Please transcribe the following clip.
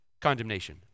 condemnation